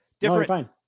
Different